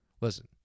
Listen